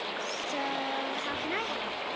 so, how can i help?